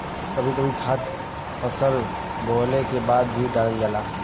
कभी कभी खाद फसल बोवले के बाद भी डालल जाला